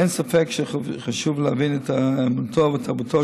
אין ספק שחשוב להבין את אמונתו ותרבותו